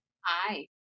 Hi